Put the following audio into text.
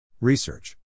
Research